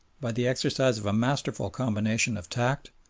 by the exercise of a masterful combination of tact,